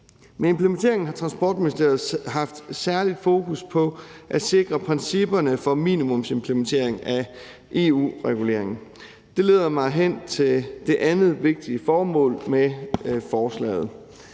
Med implementeringen har Transportministeriet haft særligt fokus på at sikre principperne for minimumsimplementering af EU-reguleringen. Det leder mig hen til det andet vigtige formål med forslaget.